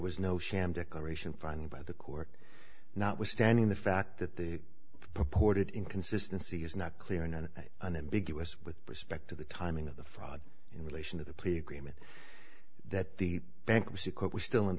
was no sham declaration fine by the court notwithstanding the fact that the purported inconsistency is not clear and unambiguous with respect to the timing of the fraud in relation to the play agreement that the bankruptcy court was still